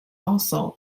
also